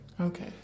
Okay